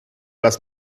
lass